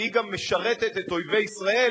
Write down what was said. והיא גם משרתת את אויבי ישראל,